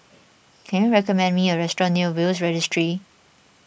can you recommend me a restaurant near Will's Registry